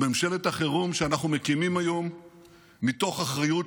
ממשלת החירום שאנחנו מקימים היום מתוך אחריות